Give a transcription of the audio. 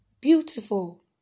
beautiful